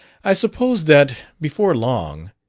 i suppose that, before long,